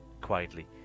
quietly